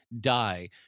die